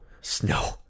Snow